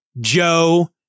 Joe